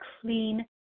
clean